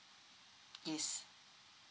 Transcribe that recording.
yes